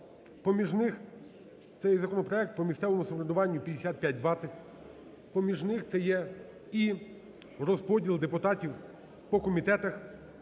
Поміж них це є законопроект по місцевому самоврядуванню 5520, поміж них це є і розподіл депутатів по комітетах.